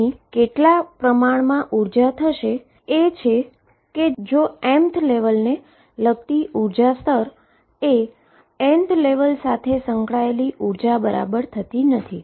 અહી કેટલી અમાઉન્ટમાં આ એનર્જી થશે એ છે કે જો mth લેવલને લગતી એનર્જી લેવલએ nth લેવલ સાથે સંકળાયેલી એનર્જી બરાબર થતી નથી